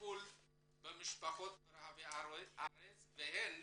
לטיפול משפחתי ברחבי הארץ והן